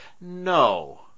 no